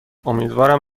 امیدوارم